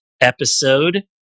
episode